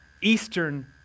Eastern